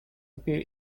appear